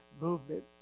movement